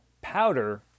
powder